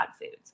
foods